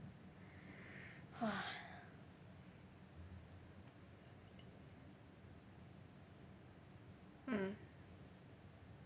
!wah! mm